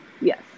Yes